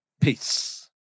Peace